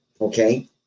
Okay